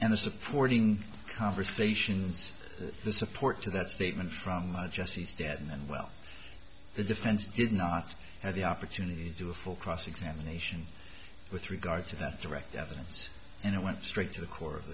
the supporting conversations the support to that statement from jesse stedman well the defense did not have the opportunity to do a full cross examination with regard to that direct evidence and it went straight to the core of